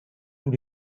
tous